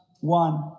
one